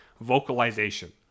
vocalization